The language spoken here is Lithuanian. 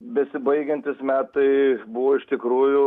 besibaigiantys metai buvo iš tikrųjų